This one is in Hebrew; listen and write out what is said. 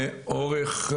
באורך,